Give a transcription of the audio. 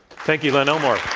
thank you, len elmore.